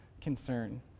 concern